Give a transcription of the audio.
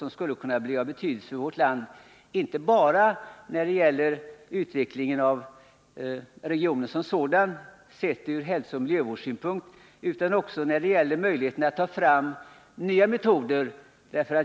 Den skulle kunna bli av betydelse för vårt land, inte bara när det gäller utvecklingen av regionen som sådan, sedd ur hälsooch miljövårdssynpunkt, utan också när det gäller möjligheter att ta fram nya metoder.